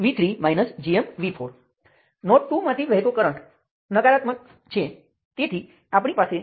હવે આ વ્યાખ્યાઓ સાથે તમે જુઓ કે દરેક શાખા બે મેશ સાથેની છે